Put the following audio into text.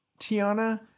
Tiana